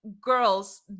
girls